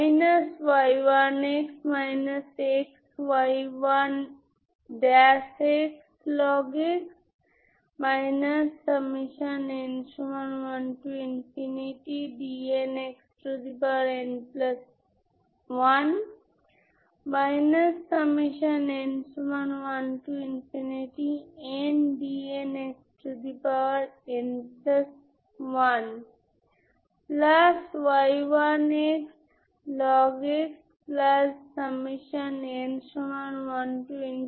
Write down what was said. তাই আপনি dot product দেখতে পারেন তাই কোন W 1 নেই তাই ডট প্রোডাক্ট হল আপনি ডট প্রোডাক্ট ও লিখতে পারেন fg 11fxgdx সুতরাং সম্পূর্ণতার জন্য আপনি nnn1 ইগেনভ্যালুস লিখতে পারেন করেস্পন্ডিং ইগেনফাংশন্স হল VnxPn তাই n এর সাথে করেস্পন্ডিং 0 1 2 3